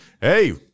hey